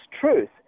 truth